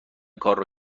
کارو